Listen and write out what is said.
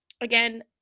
again